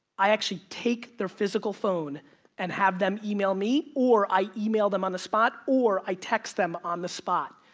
i actually take their physical phone and have them email me or i email them on the spot or i text them on the spot.